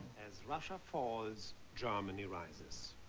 as russia falls germany rises.